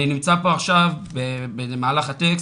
אני נמצא פה עכשיו במהלך הטקסט,